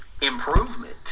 improvement